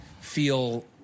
feel